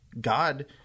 God